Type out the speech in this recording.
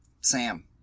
sam